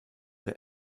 der